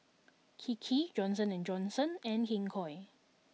Kiki Johnson and Johnson and King Koil